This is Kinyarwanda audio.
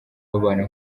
babana